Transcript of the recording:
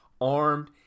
armed